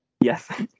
yes